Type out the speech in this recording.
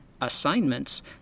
assignments